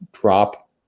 drop